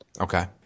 Okay